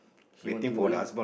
she want to walk in